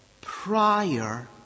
prior